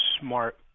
smart